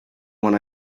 when